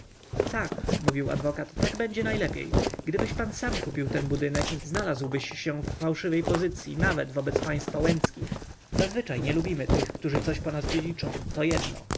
tak mówił adwokat tak będzie najlepiej gdybyś pan sam kupił ten budynek znalazłbyś się w fałszywej pozycyi nawet wobec państwa łęckich zazwyczaj nie lubimy tych którzy coś po nas dziedziczą to jedno